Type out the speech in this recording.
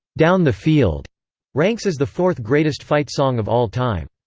down the field ranks as the fourth-greatest fight song of all time.